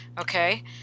Okay